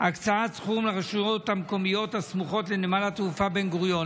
הקצאת סכום לרשויות המקומיות הסמוכות לנמל התעופה בן-גוריון.